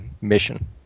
mission